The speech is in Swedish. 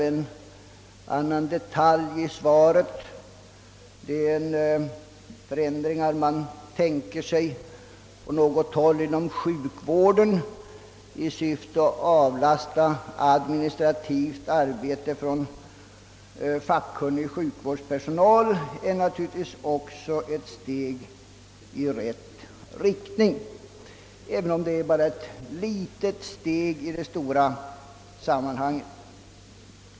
En annan detalj i svaret, nämligen vissa planerande förändringar inom sjukvården i syfte att avlasta administrativt arbete från fackkunnig sjukvårdspersonal, innebär naturligtvis också ett steg i rätt riktning även om det är litet i det stora sammanhanget.